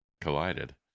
collided